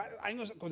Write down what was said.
años